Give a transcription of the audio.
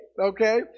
okay